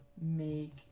make